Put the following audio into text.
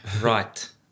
Right